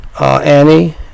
Annie